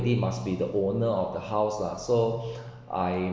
~dy must be the owner of the house lah so I